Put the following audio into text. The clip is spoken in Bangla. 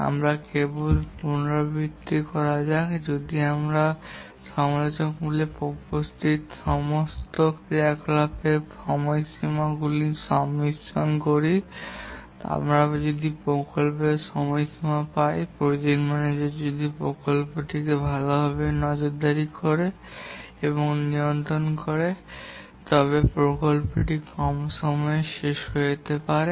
আমাকে কেবল পুনরাবৃত্তি করা যাক যদি আমরা সমালোচনামূলক পথে উপস্থিত সমস্ত ক্রিয়াকলাপের সময়সীমাগুলি সংমিশ্রিত করি তবে আমরা প্রকল্পের সময়কাল পাই প্রজেক্ট ম্যানেজার যদি প্রকল্পটি ভালভাবে নজরদারি করে এবং নিয়ন্ত্রণ করে তবে প্রকল্পটি কম সময়ে শেষ হতে পারে